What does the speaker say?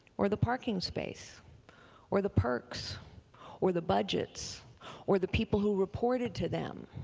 or the parking space or the perks or the budgets or the people who reported to them.